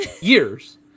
years